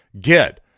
get